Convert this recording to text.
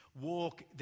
walk